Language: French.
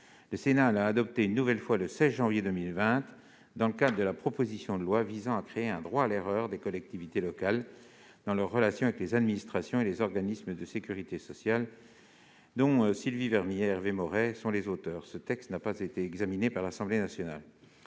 Le Sénat l'a une nouvelle fois adoptée le 16 janvier 2020 dans le cadre de la proposition de loi visant à créer un droit à l'erreur des collectivités locales dans leurs relations avec les administrations et les organismes de sécurité sociale. Ce texte, initié par Sylvie Vermeillet et Hervé Maurey, n'a pas été examiné par l'Assemblée nationale.